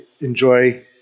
enjoy